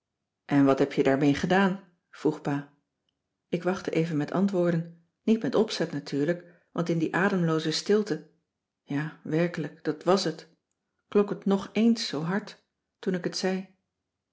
en wat heb je daarmee gedaan vroeg pa ik wachtte even met antwoorden niet met opzet natuurlijk want in die ademlooze stilte ja werkelijk dat was het klonk het nog eéns zoo hard toen ik het zei